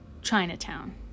Chinatown